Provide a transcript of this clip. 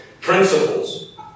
principles